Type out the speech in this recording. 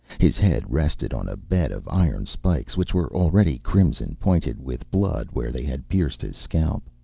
his head rested on a bed of iron spikes, which were already crimson-pointed with blood where they had pierced his scalp.